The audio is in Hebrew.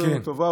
עשו טובה,